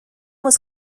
was